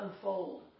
unfold